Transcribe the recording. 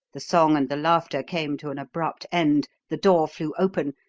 the song and the laughter came to an abrupt end, the door flew open,